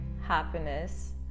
happiness